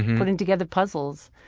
putting together puzzles.